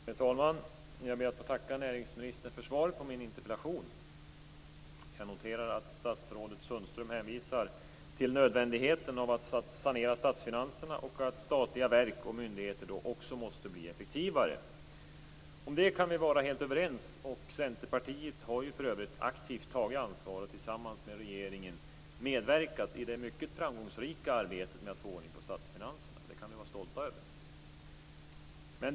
Herr talman! Jag ber att få tacka näringsministern för svaret på min interpellation. Jag noterar att statsrådet Sundström hänvisar till nödvändigheten av att sanera statsfinanserna och att statliga verk och myndigheter också måste bli effektivare. Om det kan vi vara helt överens. Centerpartiet har för övrigt aktivt tagit ansvar och tillsammans med regeringen medverkat i det mycket framgångsrika arbetet med att få ordning på statsfinanserna. Det kan vi vara stolta över.